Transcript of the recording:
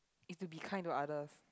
is to be kind to others